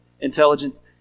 intelligence